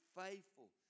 faithful